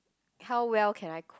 how well can I cook